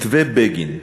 מתווה בגין,